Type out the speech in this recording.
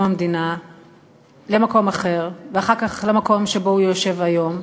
המדינה למקום אחר ואחר כך למקום שבו הוא יושב היום.